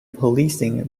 policing